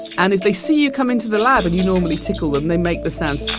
and if they see you come into the lab and you normally tickle them, they make the sounds